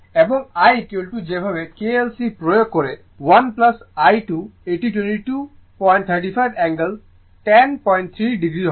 এবং I যেভাবে KCL প্রয়োগ করে I 1 I 2 এটি 2235 অ্যাঙ্গেল 103o হবে